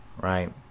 right